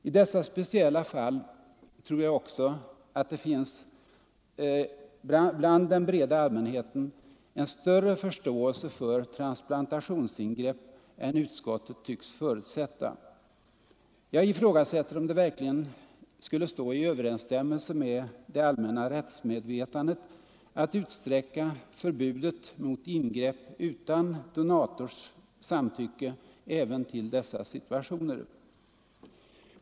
I dessa speciella fall finns nog också bland den breda allmänheten en större förståelse för transplantationsingrepp än utskottet tycks förutsätta. Jag undrar om det verkligen skulle stå i överensstämmelse med det allmänna rättsmedvetandet att utsträcka förbudet mot ingrepp utan donators samtycke även till dessa situationer.